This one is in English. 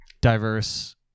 diverse